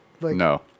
No